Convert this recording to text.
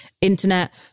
internet